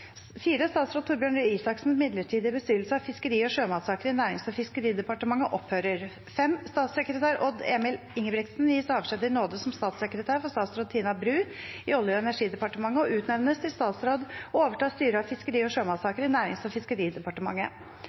Statsråd Torbjørn Røe Isaksens midlertidige bestyrelse av fiskeri- og sjømatsaker i Nærings- og fiskeridepartementet opphører. Statssekretær Odd Emil Ingebrigtsen gis avskjed i nåde som statssekretær for statsråd Tina Bru i Olje- og energidepartementet og utnevnes til statsråd og overtar styret av fiskeri- og sjømatsaker i Nærings- og fiskeridepartementet.